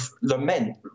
lament